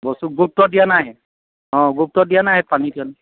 বস্তুতো গুৰুত্ব দিয়া নাই অঁ গুৰুত্ৱ দিয়া নাই সেই পানী